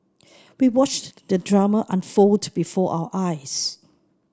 we watched the drama unfold before our eyes